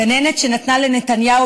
גננת שנתנה לנתניהו,